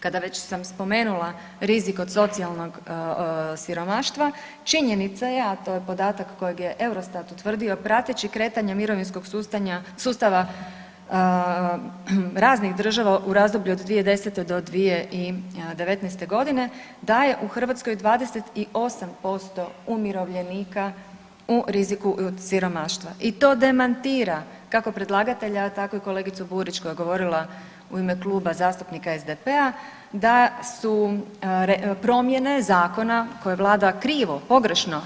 Kada već sam spomenula rizik od socijalnog siromaštva, činjenica je, a to je podatak kojeg je Eurostat utvrdio prateći kretanje mirovinskog sustava raznih država u razdoblju od 2010. do 2019. da je u Hrvatskoj 28% umirovljenika u riziku od siromaštva i to demantira kako predlagatelja, a tako i kolegicu Burić koja je govorila u ime Kluba zastupnika SDP-a da su promjene zakona koje je vlada krivo, pogrešno